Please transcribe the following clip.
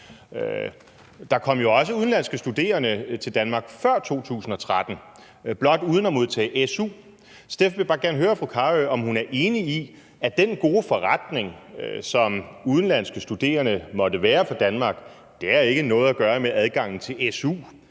der kom jo også udenlandske studerende til Danmark før 2013, blot uden at modtage su. Så derfor vil jeg bare gerne høre fru Astrid Carøe, om hun er enig i, at den gode forretning, som udenlandske studerende måtte være for Danmark, ikke har noget at gøre med adgangen til su,